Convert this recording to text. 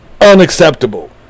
unacceptable